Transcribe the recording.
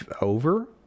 over